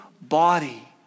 body